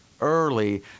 early